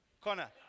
Connor